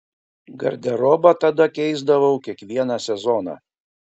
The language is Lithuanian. garderobą tada keisdavau kiekvieną sezoną